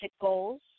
goals